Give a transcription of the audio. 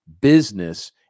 business